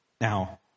Now